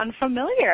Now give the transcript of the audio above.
unfamiliar